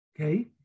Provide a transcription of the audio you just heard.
Okay